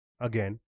Again